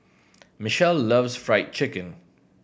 Michell loves Fried Chicken